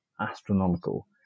astronomical